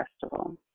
Festival